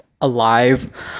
alive